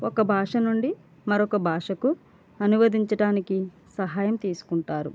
ఒక భాష నుండి మరొక భాషకు అనువదించడానికి సహాయం తీసుకుంటారు